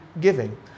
giving